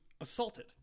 assaulted